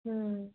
हूँ